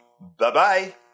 bye-bye